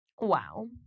Wow